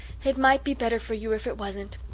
it might be better for you if it wasn't!